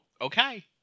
okay